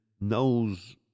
knows